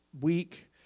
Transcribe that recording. week